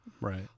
Right